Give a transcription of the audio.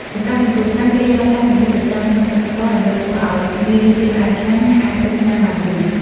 សម្រាប់កន្ទួតត្រាំ គេយកផ្លែកន្ទួតទៅត្រាំក្នុងទឹកស្ករ ដើម្បីធ្វើឲ្យមានរសជាតិផ្អែមឆ្ងាញ់ ហើយអាចទុកញ៉ាំបានយូរ។